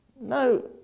No